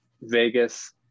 Vegas